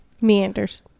Meanders